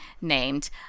named